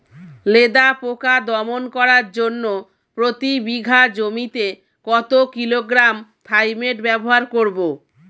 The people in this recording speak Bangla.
লেদা পোকা দমন করার জন্য প্রতি বিঘা জমিতে কত কিলোগ্রাম থাইমেট ব্যবহার করব?